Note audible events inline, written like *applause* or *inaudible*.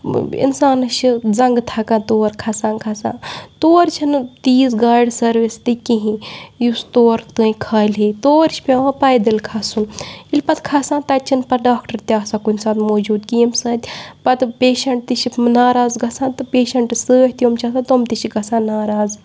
*unintelligible* اِنسانَس چھِ زَنٛگہٕ تھَکان تور کھَسان کھَسان تور چھِنہٕ تیٖژ گاڑِ سٔروِس تہِ کِہیٖنۍ یُس تور تام کھالہِ ہے تور چھِ پؠوان پَپدٔلۍ کھَسُن ییٚلہِ پَتہٕ کھَسان تَتہِ چھِنہٕ پَتہٕ ڈاکٹر تہِ آسان کُنہِ ساتہٕ موٗجوٗد کینٛہہ ییٚمہِ سۭتۍ پَتہٕ پیشنٛٹ تہِ چھِ تِم ناراض گَژھان تہٕ پیشنٛٹَس سۭتۍ یِم چھِ آسان تِم تہِ چھِ گَژھان ناراض